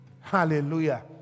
Hallelujah